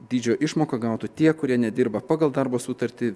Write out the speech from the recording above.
dydžio išmoką gautų tie kurie nedirba pagal darbo sutartį